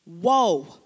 Whoa